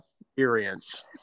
experience